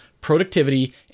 productivity